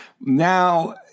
now